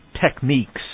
techniques